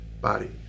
body